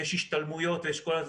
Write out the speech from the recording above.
יש השתלמויות וכדו',